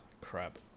crap